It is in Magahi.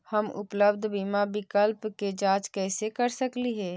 हम उपलब्ध बीमा विकल्प के जांच कैसे कर सकली हे?